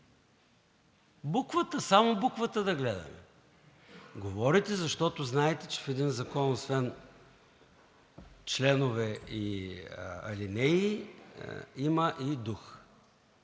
Буквата! Само буквата да гледаме! Говорите, защото знаете, че в един закон освен членове и алинеи има и дух.